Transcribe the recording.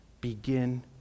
begin